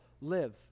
live